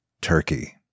turkey